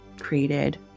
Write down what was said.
created